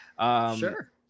Sure